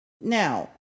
now